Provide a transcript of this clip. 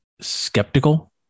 skeptical